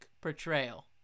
portrayal